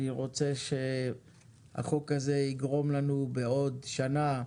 אני רוצה שהחוק הזה יגרום לנו בעוד שנה,